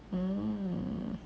mm